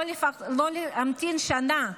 לא להמתין שנה.